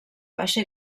baixa